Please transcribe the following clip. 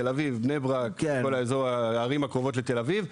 בני ברק וכל אזור הערים הקרובות לתל אביב,